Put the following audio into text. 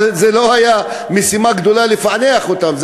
אבל זו לא הייתה משימה גדולה לפענח אותם.